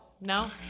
No